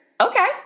okay